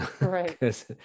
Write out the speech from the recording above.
Right